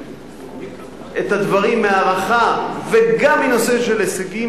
את הדברים מהערכה וגם מנושא של הישגים,